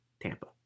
Tampa